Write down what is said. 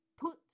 Put